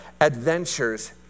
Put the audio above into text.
adventures